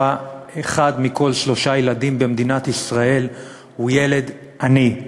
אחד מכל שלושה ילדים במדינת ישראל הוא ילד עני.